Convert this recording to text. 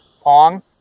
Pong